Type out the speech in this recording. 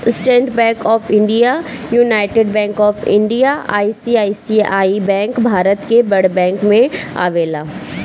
estate Bank of India, United Bank of India, ICICI Bank Bharat के बड़ bank में आवेला